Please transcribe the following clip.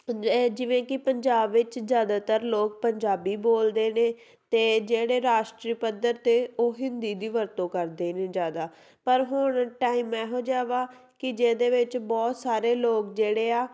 ਪੰ ਇਹ ਜਿਵੇਂ ਕਿ ਪੰਜਾਬ ਵਿੱਚ ਜ਼ਿਆਦਾਤਰ ਲੋਕ ਪੰਜਾਬੀ ਬੋਲਦੇ ਨੇ ਅਤੇ ਜਿਹੜੇ ਰਾਸ਼ਟਰੀ ਪੱਧਰ 'ਤੇ ਉਹ ਹਿੰਦੀ ਦੀ ਵਰਤੋਂ ਕਰਦੇ ਨੇ ਜ਼ਿਆਦਾ ਪਰ ਹੁਣ ਟਾਈਮ ਇਹੋ ਜਿਹਾ ਵਾ ਕਿ ਜਿਹਦੇ ਵਿੱਚ ਬਹੁਤ ਸਾਰੇ ਲੋਕ ਜਿਹੜੇ ਆ